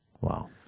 Wow